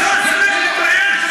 אתה מזמין את התגובות.